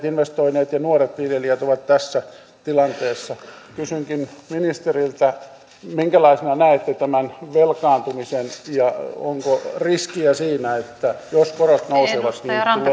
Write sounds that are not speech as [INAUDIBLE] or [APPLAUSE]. [UNINTELLIGIBLE] investoineet ja nuoret viljelijät ovat tässä tilanteessa kysynkin ministeriltä minkälaisena näette tämän velkaantumisen ja onko riskiä siinä että jos korot nousevat